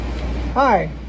Hi